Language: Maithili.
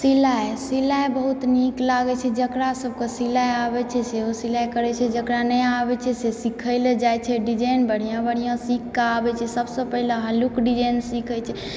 सिलाइ सिलाइ बहुत नीक लागैत छै जकरा सभके सिलाइ आबैत छै सेहो सिलाइ करैत छै जकरा नहि आबैत छै से सिखय ले जाइ छै डिजाइन बढ़िआँ बढ़िआँ सीखक आबैत छै सभसँ पहिले हल्लुक डिजाइन सीखैत छै